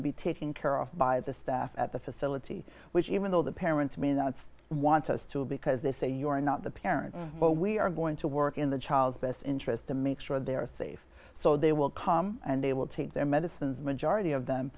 to be taking care of by the staff at the facility which even though the parents mean it's want us to because they say you are not the parent but we are going to work in the child's best interest to make sure they're safe so they will come and they will take their medicines majority of them